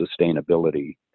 sustainability